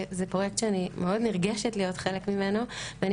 זה פרויקט שאני מאוד נרגשת להיות חלק ממנו ואני